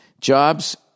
Jobs